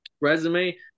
resume